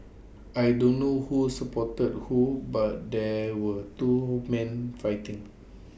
I don't know who supported who but there were two men fighting